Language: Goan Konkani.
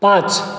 पांच